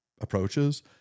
approaches